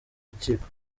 rukiko